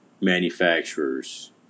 manufacturers